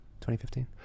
2015